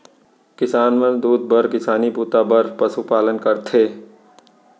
किसान मन दूद बर किसानी बूता बर पसु पालन करथे